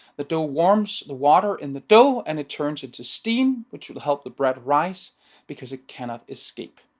the dough warms the water in the dough and it turns into steam which will help the bread rise because it cannot escape.